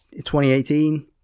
2018